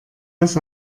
das